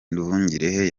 nduhungirehe